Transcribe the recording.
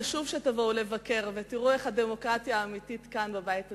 חשוב שתבואו לבקר ותראו את הדמוקרטיה האמיתית בבית הזה.